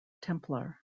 templar